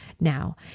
now